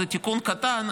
זה תיקון קטן,